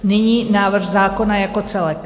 Nyní návrh zákona jako celek.